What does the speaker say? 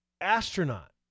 astronaut